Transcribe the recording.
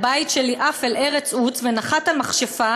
הבית שלי עף אל ארץ עוץ ונחת על מכשפה